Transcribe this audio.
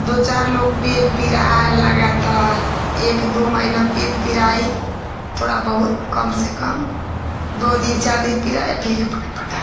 दो चार लोग पेट पिराई लगी थी एक दो महीना पेट पिराइल थोड़ा बहुत कम से कम दो दिन चार दिन पिराई फिर अपने पटा गइल